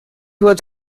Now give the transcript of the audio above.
words